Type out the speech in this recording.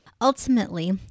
Ultimately